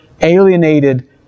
alienated